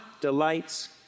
delights